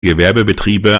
gewerbebetriebe